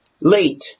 Late